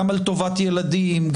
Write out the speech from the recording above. גם על טובת ילדים,